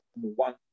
one